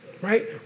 Right